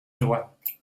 droite